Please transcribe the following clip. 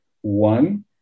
One